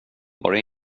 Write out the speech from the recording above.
bara